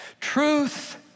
Truth